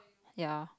ya